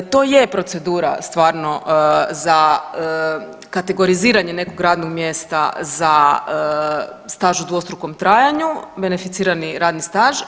To je procedura stvarno za kategoriziranje nekog radnog mjesta za staž u dvostrukom trajanju, beneficirani radni staž.